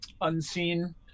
unseen